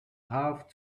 half